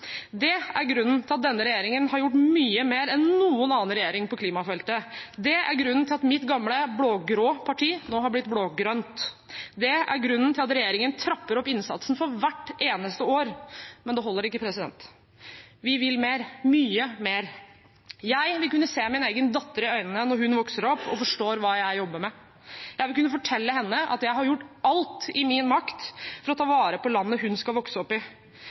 Det er grunnen til at denne regjeringen har gjort mye mer enn noen annen regjering på klimafeltet. Det er grunnen til at mitt gamle blågrå parti nå er blitt blågrønt. Det er grunnen til at regjeringen trapper opp innsatsen for hvert eneste år, men det holder ikke. Vi vil mer – mye mer. Jeg vil kunne se min egen datter i øynene når hun vokser opp og forstår hva jeg jobber med. Jeg vil kunne fortelle henne at jeg har gjort alt i min makt for å ta vare på landet hun skal vokse opp i.